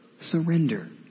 surrender